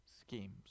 schemes